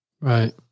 Right